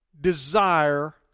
desire